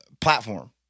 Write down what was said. platform